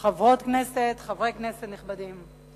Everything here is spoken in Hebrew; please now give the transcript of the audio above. חברות כנסת, חברי כנסת נכבדים,